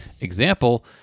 Example